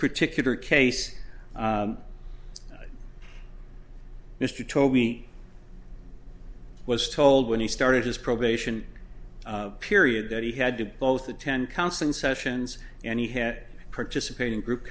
particular case mr told me was told when he started his probation period that he had to both attend counseling sessions and he had participate in group